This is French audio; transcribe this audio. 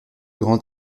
grand